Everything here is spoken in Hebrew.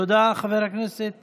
תודה, חבר הכנסת יעקב.